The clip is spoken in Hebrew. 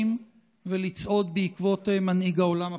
ולצעוד בעקבות מנהיג העולם החופשי.